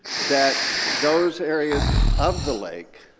that those areas of the lake